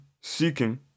seeking